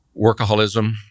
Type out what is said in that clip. workaholism